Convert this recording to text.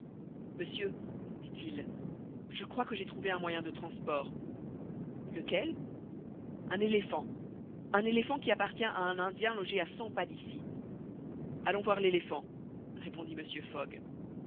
monsieur dit-il je crois que j'ai trouvé un moyen de transport lequel un éléphant un éléphant qui appartient à un indien logé à cent pas d'ici allons voir l'éléphant répondit mr fogg